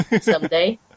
someday